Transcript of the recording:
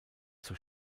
zur